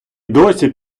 досі